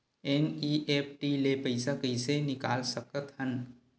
NEFT ले पईसा कइसे निकाल सकत हन?